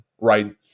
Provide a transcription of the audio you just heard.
Right